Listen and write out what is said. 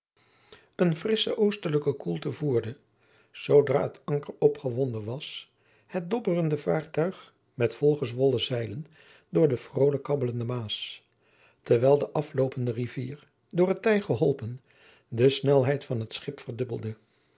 eene frissche oostelijke koelte voerde zoodra het anker opgewonden was het dobberende vaartuig met volgezwollen zeilen door de vrolijk kabbelende maas terwijl de afloopende rivier door het tij geholpen de snelheid van het schip verdubbelde